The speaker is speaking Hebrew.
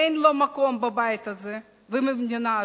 אין לו מקום בבית הזה ובמדינה הזאת.